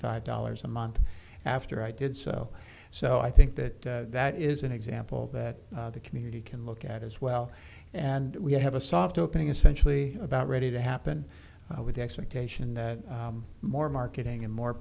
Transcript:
five dollars a month after i did so so i think that that is an example that the community can look at as well and we have a soft opening essentially about ready to happen with the expectation that more marketing and more